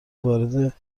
وارد